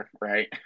right